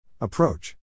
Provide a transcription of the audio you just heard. approach